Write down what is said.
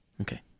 Okay